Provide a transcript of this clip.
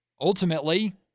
ultimately